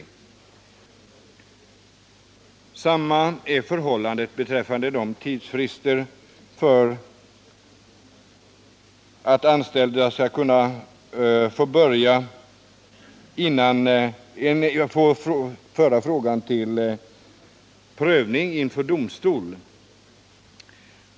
Detsamma är förhållandet beträffande tidsfristerna för att anställda skall kunna föra frågan inför domstol.